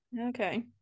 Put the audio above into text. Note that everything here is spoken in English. Okay